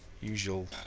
usual